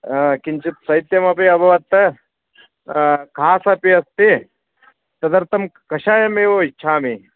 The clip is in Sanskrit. किञ्चित् शैत्यमपि अभवत् कासः अपि अस्ति तदर्थं कषायम् एव इच्छामि